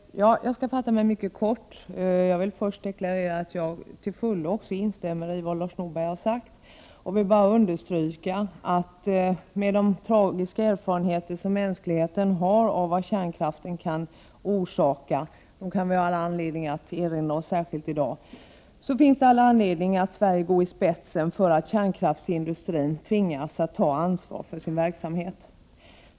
Herr talman! Jag skall fatta mig mycket kort. Först vill jag deklarera att jag till fullo instämmer i vad Lars Norberg sade. Jag vill understryka att med de tragiska erfarenheter som mänskligheten har av vad kärnkraften kan orsaka — och som det finns skäl för att erinra just i dag — finns det all anledning för Sverige att gå i spetsen för att tvinga kärnkraftsindustrin att ta ansvar för sin verksamhet.